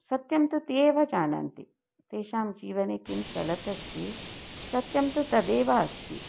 सत्यं तु ते एव जानन्ति तेषां जीवने किं चलतस्ति सत्यं तु तदेव अस्ति